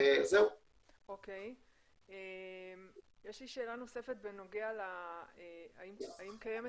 שאלה נוספת, האם קיימת